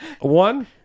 one